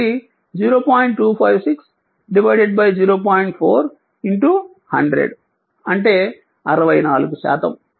4 100 అంటే 64 శాతం